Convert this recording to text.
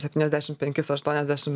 septyniasdešim penkis aštuoniasdešim